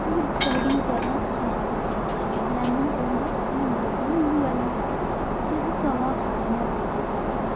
ओह् बड़ी ज्यादा सुआद लगदी ऐ मिगी लैमन केह् होंदा निम्बू निम्बू आह्ली चाह् जिसी अस काह्वा आखने होन्ने अपनी डोगरी च